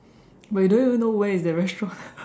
but you don't even know where is the restaurant